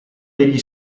degli